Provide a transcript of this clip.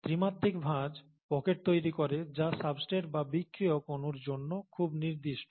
ত্রিমাত্রিক ভাঁজ পকেট তৈরি করে যা সাবস্ট্রেট বা বিক্রিয়ক অণুর জন্য খুব নির্দিষ্ট